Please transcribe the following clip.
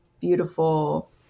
beautiful